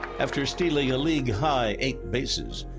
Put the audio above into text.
after stealing a league-high eight bases,